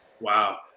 Wow